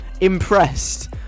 Impressed